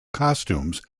costumes